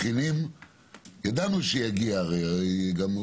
ידענו שיגיע הרגע.